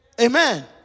Amen